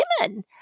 women